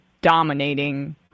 dominating